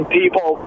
people